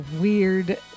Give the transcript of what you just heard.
Weird